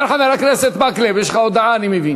כן, חבר הכנסת מקלב, יש לך הודעה, אני מבין.